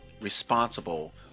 responsible